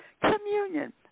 communion